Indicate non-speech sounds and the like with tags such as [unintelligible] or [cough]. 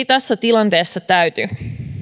[unintelligible] tässä tilanteessa täyty